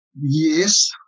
yes